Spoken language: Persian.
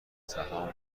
سهام